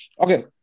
Okay